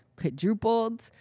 quadrupled